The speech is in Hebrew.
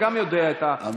אתה גם יודע את הנהלים.